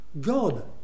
God